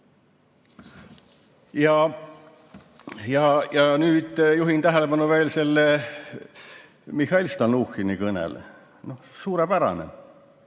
Ja nüüd juhin tähelepanu veel Mihhail Stalnuhhini kõnele. Suurepärane!